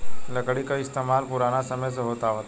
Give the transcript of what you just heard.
लकड़ी के इस्तमाल पुरान समय से होत आवता